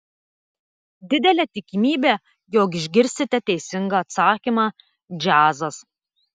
didelė tikimybė jog išgirsite teisingą atsakymą džiazas